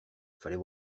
fallait